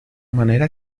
manera